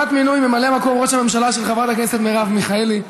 של חברת הכנסת מרב מיכאלי.